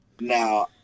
Now